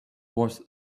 was